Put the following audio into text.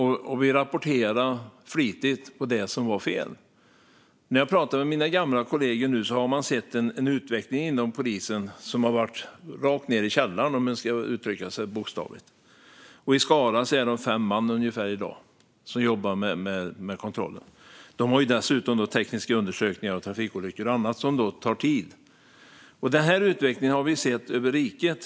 Vi rapporterade flitigt om det som var fel. När jag pratar med mina gamla kollegor nu får jag höra om en utveckling inom polisen som gått rakt ned i källaren. I Skara är det i dag ungefär fem man som jobbar med kontroller. De har dessutom tekniska undersökningar av trafikolyckor och annat som tar tid. Den här utvecklingen har vi sett över hela riket.